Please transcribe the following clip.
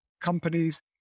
companies